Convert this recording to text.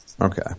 Okay